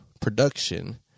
production